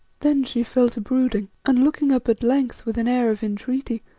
then she fell to brooding, and looking up at length with an air of entreaty,